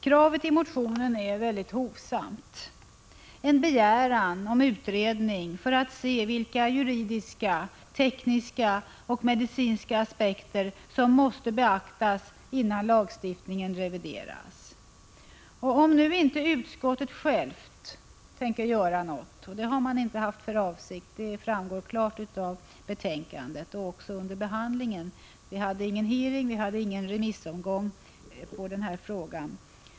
Kravet i motionen är mycket hovsamt: en begäran om utredning för att se vilka juridiska, tekniska och medicinska aspekter som måste beaktas innan lagstiftningen revideras. Det framgår klart av betänkandet att utskottet inte självt har för avsikt att studera frågan, och det framgår också av frågans behandling — det förekom ingen hearing och ingen remissomgång i ärendet.